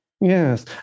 Yes